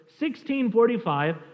1645